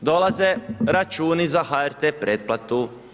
He, dolaze računi za HRT pretplatu.